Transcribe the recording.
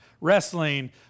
wrestling